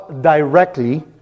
directly